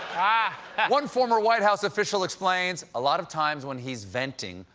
ah one former white house official explains, a lot of times when he's venting,